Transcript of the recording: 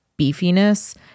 beefiness –